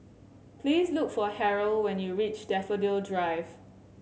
please look for Harrell when you reach Daffodil Drive